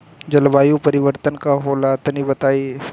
जलवायु परिवर्तन का होला तनी बताई?